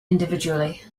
individually